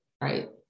right